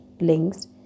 links